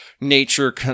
nature